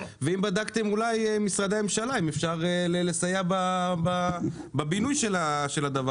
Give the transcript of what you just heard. ואם בדקתם במשרדי הממשלה אם אפשר לסייע בבינוי של זה?